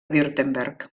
württemberg